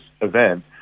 event